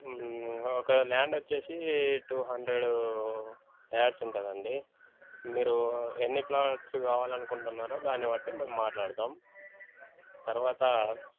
ఒక లాండ్ వచ్చేసి two hundred acres ఉంటుందండి మీరు ఎన్ని ప్లాట్స్ కావాలనుకుంటున్నారో దాన్ని బట్టి మేము మాట్లాడతాం తర్వాత